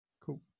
Cool